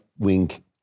wink